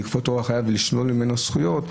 לכפות את אורח חייו לשלול ממנו זכויות,